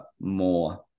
more